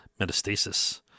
metastasis